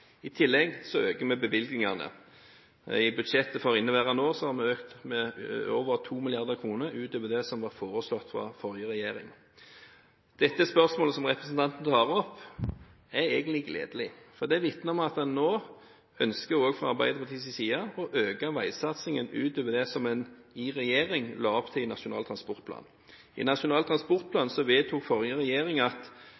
I tillegg øker vi bevilgningene. I budsjettet for inneværende år har vi økt med over 2 mrd. kr utover det som var foreslått av forrige regjering. Dette spørsmålet som representanten tar opp, er egentlig gledelig, for det vitner om at en nå ønsker også fra Arbeiderpartiets side å øke veisatsingen utover det som en i regjering la opp til i Nasjonal transportplan. I Nasjonal